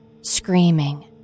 screaming